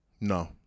No